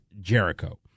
Jericho